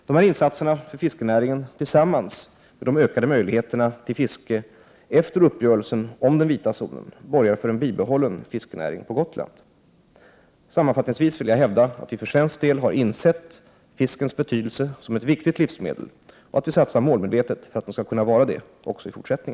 Dessa insatser för fiskenäringen tillsammans med de ökade möjligheterna till fiske efter uppgörelsen om den vita zonen borgar för en bibehållen fiskenäring på Gotland. Sammanfattningsvis vill jag hävda att vi för svensk del har insett fiskens betydelse som ett viktigt livsmedel och att vi satsar målmedvetet för att den skall kunna vara det också i fortsättning.